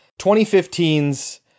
2015's